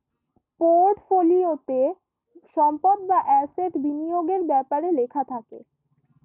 পোর্টফোলিওতে সম্পদ বা অ্যাসেট বিনিয়োগের ব্যাপারে লেখা থাকে